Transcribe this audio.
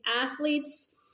athletes